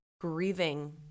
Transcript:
grieving